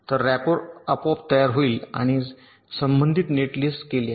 तर रॅपर आपोआप तयार होईल आणि संबंधित नेटलिस्ट केले आहे